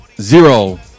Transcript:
Zero